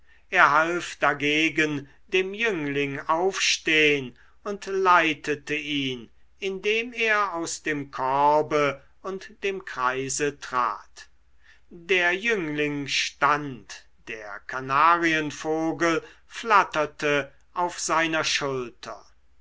er half dagegen dem jüngling aufstehn und leitete ihn indem er aus dem korbe und dem kreise trat der jüngling stand der kanarienvogel flatterte auf seiner schulter